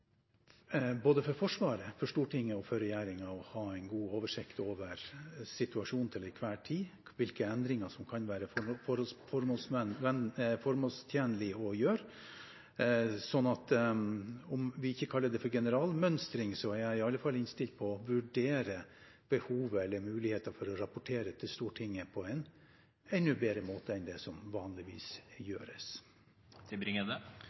både for Forsvaret, for Stortinget og for regjeringen å ha god oversikt over situasjonen til enhver tid, og hvilke endringer som kan være formålstjenlige å gjøre. Så om vi ikke kaller det for generalmønstring, er jeg i alle fall innstilt på å vurdere behovet eller muligheter for å rapportere til Stortinget på en enda bedre måte enn det som vanligvis gjøres. Takk til